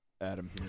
Adam